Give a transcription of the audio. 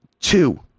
two